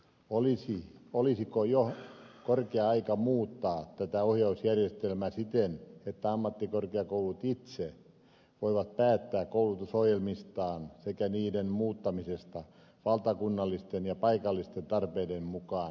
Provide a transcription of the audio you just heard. olisiko jo korkea aika muuttaa tätä ohjausjärjestelmää siten että ammattikorkeakoulut itse voivat päättää koulutusohjelmistaan sekä niiden muuttamisesta valtakunnallisten ja paikallisten tarpeiden mukaan